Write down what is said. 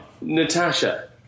Natasha